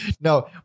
No